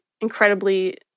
incredibly